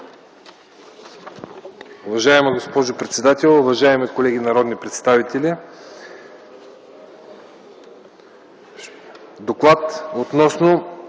Уважаема госпожо председател, уважаеми колеги народни представители! „ДОКЛАД относно